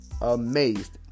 amazed